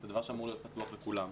זה דבר שאמור להיות פתוח לכולם.